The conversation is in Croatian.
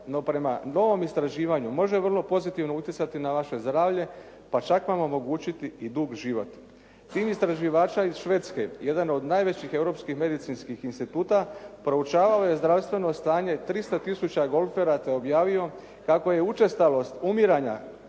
no prema novom istraživanju može vrlo pozitivno utjecati na vaše zdravlje pa čak vam omogućiti i dug život. Cilj istraživača iz Švedske jedan od najvećih europskih medicinskih instituta proučavao je zdravstveno stanje 300000 golfera, te objavio kako je učestalost umiranja